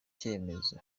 cyemezo